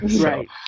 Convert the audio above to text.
Right